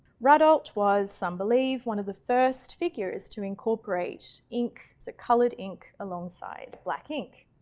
ratdolt was some believe one of the first figures to incorporate ink it's a colored ink alongside black ink.